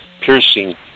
piercing